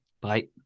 Bye